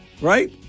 right